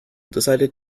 decided